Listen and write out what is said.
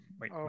wait